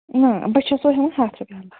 نہَ بہٕ چھَسو ہٮ۪وان ہتھ رۄپیہِ عَلاو